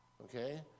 Okay